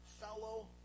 fellow